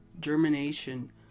germination